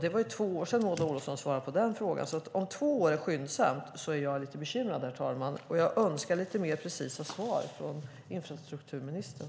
Det var två år sedan Maud Olofsson svarade på den frågan, så om två år är skyndsamt är jag lite bekymrad, herr talman. Och jag önskar lite mer precisa svar från infrastrukturministern.